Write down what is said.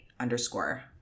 Underscore